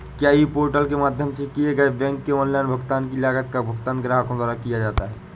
क्या e portal के माध्यम से किए गए बैंक के ऑनलाइन भुगतान की लागत का भुगतान ग्राहकों द्वारा किया जाता है?